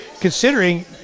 considering